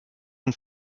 and